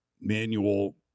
manual